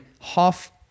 half